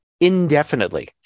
indefinitely